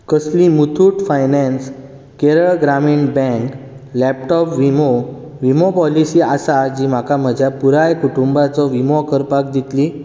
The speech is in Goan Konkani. कसली Muthoot finance Kerala Gramin bank laptop विमो विमो पॉलिसी आसा जी म्हाका म्हज्या पुराय कुटुंबाचो विमो करपाक दितली